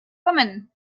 woman